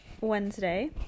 wednesday